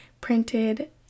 printed